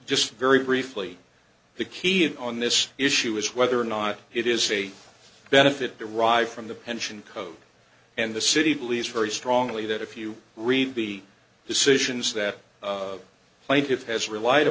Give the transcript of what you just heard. just very briefly the key in on this issue is whether or not it is a benefit derived from the pension code and the city believes very strongly that if you read the decisions that i give has relied